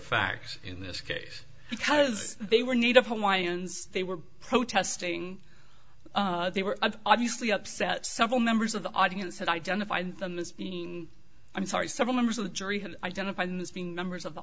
facts in this case because they were native hawaiians they were protesting they were obviously upset several members of the audience had identified them as being i'm sorry several members of the jury had identified this being members of the